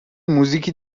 موزیکی